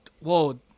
whoa